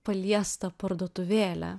paliestą parduotuvėlę